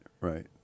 right